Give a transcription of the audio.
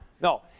no